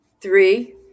three